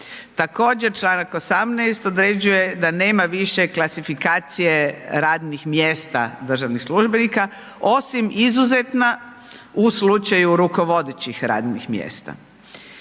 također Članak 18. određuje da nema više klasifikacije radnih mjesta državnih službenika osim izuzetna u slučaju rukovodećih radnih mjesta.